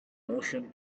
ocean